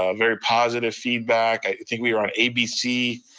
ah very positive feedback. i think we were on abc,